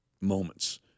moments